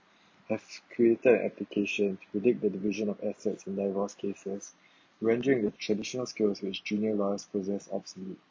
has created an application to predict the division of assets in divorce cases rendering the traditional skills which junior lawyers possess obsolete